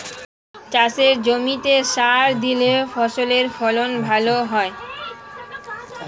চাষের জমিতে সার দিলে ফসলের ফলন ভালো হয়